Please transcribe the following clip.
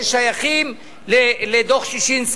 לעמותה.